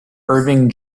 irving